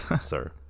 sir